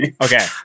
okay